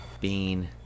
bean